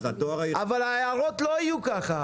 אבל ההערות לא יישמעו כך,